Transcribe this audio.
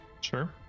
Sure